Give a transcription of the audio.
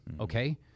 okay